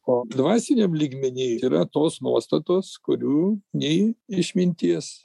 o dvasiniam lygmeny yra tos nuostatos kurių nei išminties